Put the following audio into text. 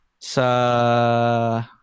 Sa